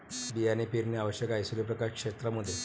बिया पेरणे आवश्यक आहे सूर्यप्रकाश क्षेत्रां मध्ये